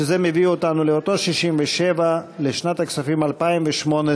זה מביא אותנו לאותו סעיף 67 לשנת הכספים 2018,